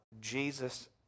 Jesus